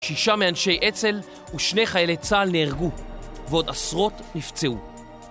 שישה מאנשי עצל ושני חיילי צהל נהרגו, ועוד עשרות נפצעו.